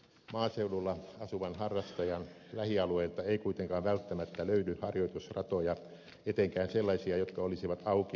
maaseudulla asuvan harrastajan lähialueilta ei kuitenkaan välttämättä löydy harjoitusratoja etenkään sellaisia jotka olisivat auki ympäri vuoden